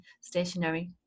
stationary